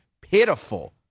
pitiful